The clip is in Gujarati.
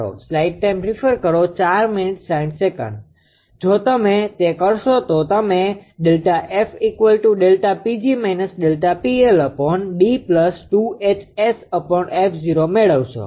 જો તમે તે કરશો તો તમે મેળવશો